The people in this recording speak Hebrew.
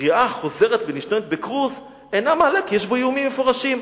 קריאה חוזרת ונשנית בכרוז אינה מעלה כי יש בו איומים מפורשים.